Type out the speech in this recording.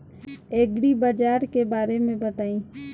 एग्रीबाजार के बारे में बताई?